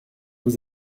vous